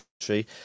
country